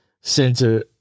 center